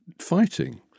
fighting